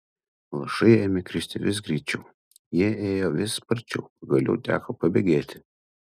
lašai ėmė kristi vis greičiau jie ėjo vis sparčiau pagaliau teko pabėgėti